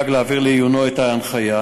אדאג להעביר לעיונו את ההנחיה,